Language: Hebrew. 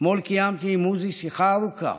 אתמול קיימתי עם מוזי שיחה ארוכה.